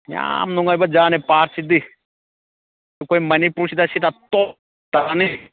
ꯌꯥꯝ ꯅꯨꯡꯉꯥꯏꯕ ꯖꯥꯠꯅꯦ ꯄꯥꯔꯠꯁꯤꯗꯤ ꯑꯩꯈꯣꯏ ꯃꯅꯤꯄꯨꯔꯁꯤꯗ ꯁꯤꯅ ꯇꯣꯞ ꯇꯥꯅꯤ